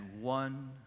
one